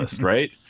right